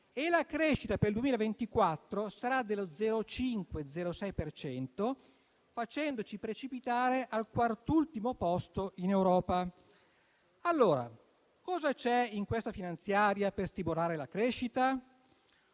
e la crescita per il 2024 sarà dello 0,5-0,6 per cento, facendoci precipitare al quartultimo posto in Europa. Cosa c'è, allora, in questa finanziaria per stimolare la crescita?